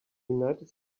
united